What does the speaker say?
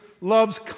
love's